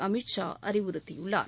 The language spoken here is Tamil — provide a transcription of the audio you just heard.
அமித் ஷா அறிவுறுத்தியுள்ளார்